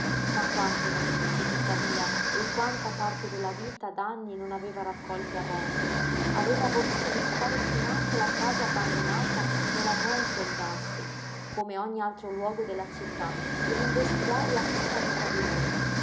ma quante notizie tuttavia e quanta parte della vita d'anny non aveva raccolte a bonn aveva voluto visitare finanche la casa abbandonata nella wenzelgasse come ogni altro luogo della città per investigare la prima vita di lei